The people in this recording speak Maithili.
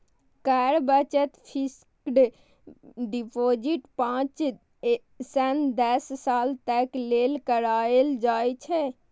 कर बचत फिस्क्ड डिपोजिट पांच सं दस साल तक लेल कराएल जा सकैए